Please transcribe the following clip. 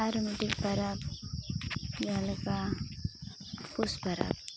ᱟᱨ ᱢᱤᱫᱴᱮᱱ ᱯᱚᱨᱚᱵᱽ ᱡᱟᱦᱟᱸᱞᱮᱠᱟ ᱯᱩᱥ ᱯᱚᱨᱚᱵᱽ